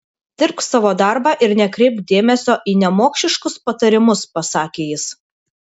dirbk savo darbą ir nekreipk dėmesio į nemokšiškus patarimus pasakė jis